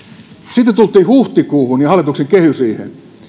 sitten tultiin huhtikuuhun ja hallituksen kehysriiheen